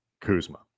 Kuzma